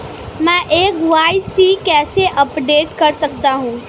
मैं के.वाई.सी कैसे अपडेट कर सकता हूं?